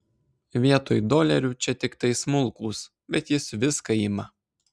vietoj dolerių čia tiktai smulkūs bet jis viską ima